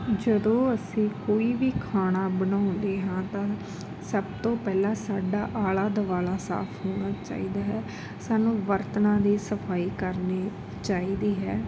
ਜਦੋਂ ਅਸੀਂ ਕੋਈ ਵੀ ਖਾਣਾ ਬਣਾਉਂਦੇ ਹਾਂ ਤਾਂ ਸਭ ਤੋਂ ਪਹਿਲਾਂ ਸਾਡਾ ਆਲਾ ਦੁਆਲਾ ਸਾਫ਼ ਹੋਣਾ ਚਾਹੀਦਾ ਹੈ ਸਾਨੂੰ ਬਰਤਨਾਂ ਦੀ ਸਫ਼ਾਈ ਕਰਨੀ ਚਾਹੀਦੀ ਹੈ